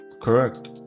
correct